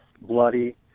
bloody